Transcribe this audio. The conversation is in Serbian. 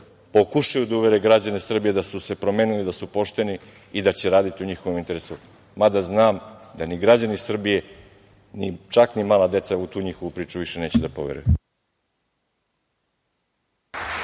pokušaju da uvere građane Srbije da su se promenili, da su pošteni i da će raditi u njihovom interesu, mada znam da ni građani Srbije, čak ni mala deca, u tu priču više neće da poveruju.